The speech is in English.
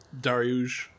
Darius